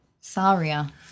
Saria